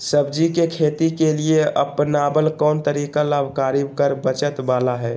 सब्जी के खेती के लिए अपनाबल कोन तरीका लाभकारी कर बचत बाला है?